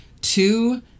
two